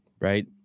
right